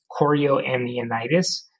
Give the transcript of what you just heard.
chorioamnionitis